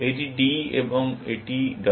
এটি D এবং এটি W